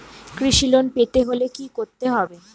কৃষি লোন পেতে হলে কি করতে হবে?